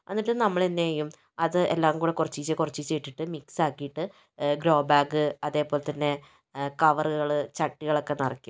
എന്നിട്ട് നമ്മൾ എന്തു ചെയ്യും അതെല്ലാം കൂടി കുറച്ചീശെ കുറച്ചീശെ ഇട്ടിട്ട് മിക്സ് ആക്കിയിട്ട് ഗ്രോ ബാഗ് അതേപോലെതന്നെ കവറുകൾ ചട്ടികൾ ഒക്കെ നിറയ്ക്കും